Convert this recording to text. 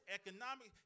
economic